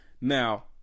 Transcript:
Now